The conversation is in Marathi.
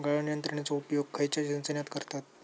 गाळण यंत्रनेचो उपयोग खयच्या सिंचनात करतत?